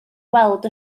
weld